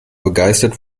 begeistert